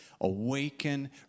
awaken